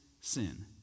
sin